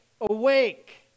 awake